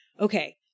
Okay